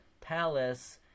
palace